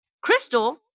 Crystal